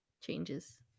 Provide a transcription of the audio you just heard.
changes